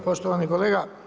Poštovani kolega.